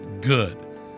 good